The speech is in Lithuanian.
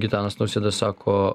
gitanas nausėda sako